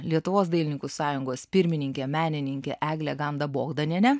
lietuvos dailininkų sąjungos pirmininkė menininkė eglė ganda bogdanienė